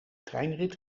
treinrit